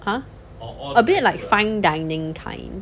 ah a bit like fine dining kind